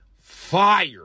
fire